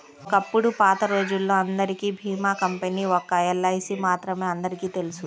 ఒకప్పుడు పాతరోజుల్లో అందరికీ భీమా కంపెనీ ఒక్క ఎల్ఐసీ మాత్రమే అందరికీ తెలుసు